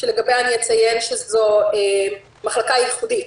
שלגביה אציין שזו מחלקה ייחודית,